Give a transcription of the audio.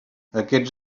aquests